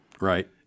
Right